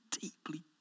deeply